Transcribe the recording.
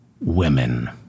women